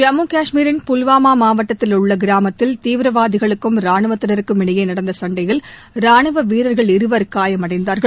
ஜம்மு காஷ்மீரின் புல்வாமா மாவட்டத்தில் உள்ள கிராமத்தில் தீவிரவாதிகளுக்கும் ராணுவத்திற்கும் இடையே நடந்த சண்டையில் ரானுவ வீரர்கள் இருவர் காயமடைந்தார்கள்